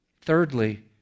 Thirdly